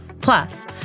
Plus